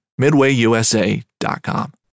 MidwayUSA.com